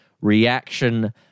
reaction